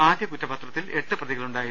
ആദ്യ കുറ്റപത്രത്തിൽ എട്ട് പ്രതികളുണ്ടായിരുന്നു